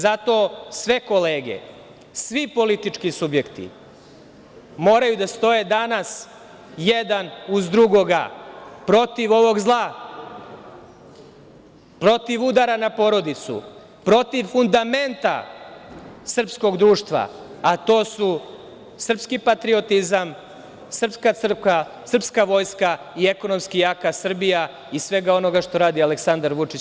Zato, sve kolege svi politički subjekti moraju da stoje danas jedan uz drugoga, protiv ovog zla, protiv udara na porodicu, protiv fundamenta srpskog društva, a to su srpski patriotizam, srpska crkva, srpska vojska i ekonomski jaka Srbija iz svega onoga što radi Aleksandar Vučić.